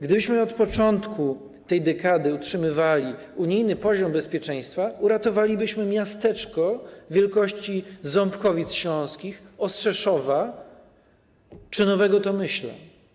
Gdybyśmy od początku tej dekady utrzymywali unijny poziom bezpieczeństwa, uratowalibyśmy miasteczko wielkości Ząbkowic Śląskich, Ostrzeszowa czy Nowego Tomyśla.